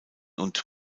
und